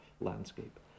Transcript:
landscape